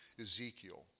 Ezekiel